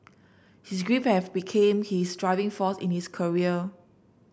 his grief have became his driving force in his career